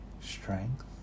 strength